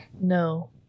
No